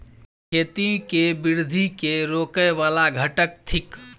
खेती केँ वृद्धि केँ रोकय वला घटक थिक?